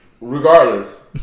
Regardless